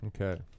Okay